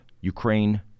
Ukraine